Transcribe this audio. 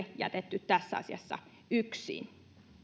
jätetty tässä asiassa yksin